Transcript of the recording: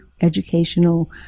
educational